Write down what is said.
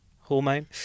hormone